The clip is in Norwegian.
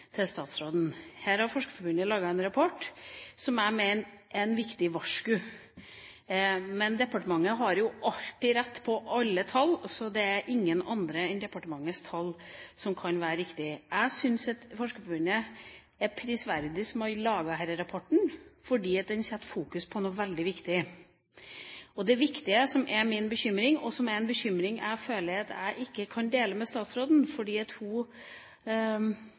statsråden. Her har Forskerforbundet laget en rapport som jeg mener er et viktig varsku. Men departementet har jo alltid rett i alle tall, det er ingen andre enn departementets tall som kan være riktige. Jeg syns at det er prisverdig at Forskerforbundet har laget denne rapporten, fordi den setter fokus på noe veldig viktig. Det viktige, som er min bekymring, og som er en bekymring jeg føler jeg ikke kan dele med statsråden, for hun uttrykker ingen bekymring på dette området, er at